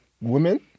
women